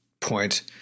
point